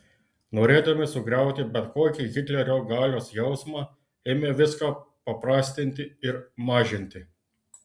norėdami sugriauti bet kokį hitlerio galios jausmą ėmė viską paprastinti ir mažinti